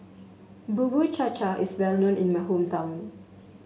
Bubur Cha Cha is well known in my hometown